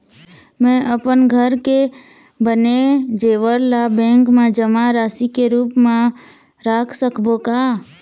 म अपन घर के बने जेवर ला बैंक म जमा राशि के रूप म रख सकबो का?